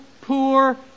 poor